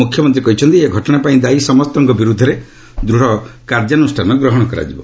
ମୁଖ୍ୟମନ୍ତ୍ରୀ କହିଛନ୍ତି ଏହି ଘଟଣା ପାଇଁ ଦାୟି ସମସ୍ତଙ୍କ ବିରୋଧରେ ଦୃଢ଼ କାର୍ଯ୍ୟାନୁଷାନ ଗ୍ରହଣ କରାଯିବ